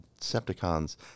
Decepticons